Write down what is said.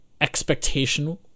expectation